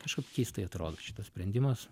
kažkaip keistai atrodo šitas sprendimas